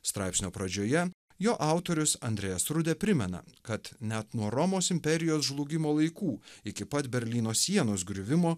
straipsnio pradžioje jo autorius andrejus rudė primena kad net nuo romos imperijos žlugimo laikų iki pat berlyno sienos griuvimo